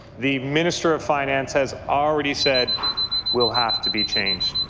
the minister of finance has already said will have to be changed.